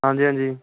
ਹਾਂਜੀ ਹਾਂਜੀ